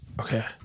okay